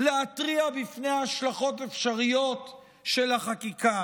להתריע בפני השלכות אפשריות של החקיקה.